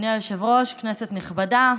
אדוני היושב-ראש, כנסת נכבדה,